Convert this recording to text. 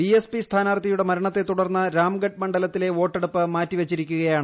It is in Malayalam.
ബി എസ് പി സ്ഥാനാർത്ഥിയുടെ മരണത്തെത്തുടർന്ന് രാംഗഡ് മണ്ഡലത്തിലെ വോട്ടെടുപ്പ് മാറ്റിവച്ചിരിക്കുകയാണ്